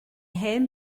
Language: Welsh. hen